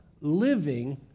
living